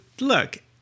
look